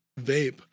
vape